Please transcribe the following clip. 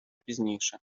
пізніше